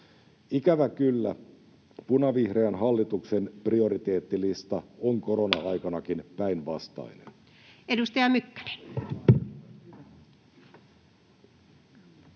Ikävä kyllä punavihreän hallituksen prioriteettilista on korona-aikanakin [Puhemies